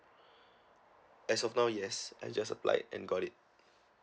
as of now yes I just applied and got it